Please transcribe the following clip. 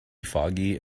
foggy